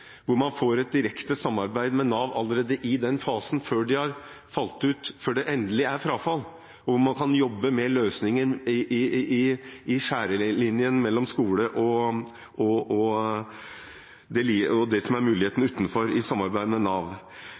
hvor man får et direkte samarbeid med Nav allerede i den fasen, før endelig frafall, hvor man kan jobbe med løsninger i skjæringslinjen mellom skole og det som er muligheten utenfor, i samarbeid med Nav.